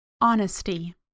Honesty